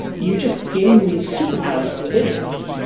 you just gain these superpowers as a data scientist.